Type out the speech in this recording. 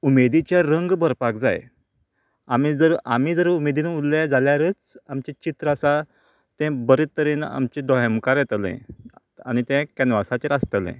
उमेदीचें रंग भरपाक जाय आमी जर आमी जर उमेदीन उरले जाल्यारच आमचें चित्र आसा तें बरें तरेन आमच्या दोळ्या मुखार येतलें आनी तें कॅन्वसाचेर आसतलें